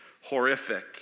horrific